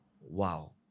Wow